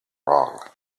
wrong